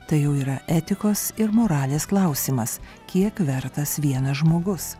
tai jau yra etikos ir moralės klausimas kiek vertas vienas žmogus